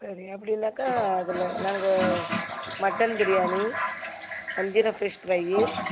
சரி அப்படின்னாக்கா அதில் நாங்கள் மட்டன் பிரியாணி வஞ்சரம் ஃபிஷ் ஃப்ரையி